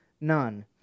None